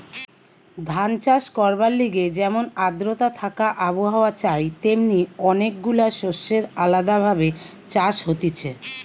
ধান চাষ করবার লিগে যেমন আদ্রতা থাকা আবহাওয়া চাই তেমনি অনেক গুলা শস্যের আলদা ভাবে চাষ হতিছে